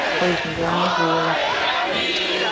or you can ground through your left foot.